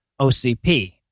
OCP